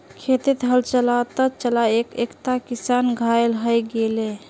खेतत हल चला त चला त एकता किसान घायल हय गेले